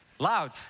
Loud